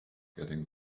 getting